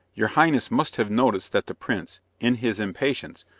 your highness must have noticed that the prince, in his impatience,